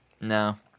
no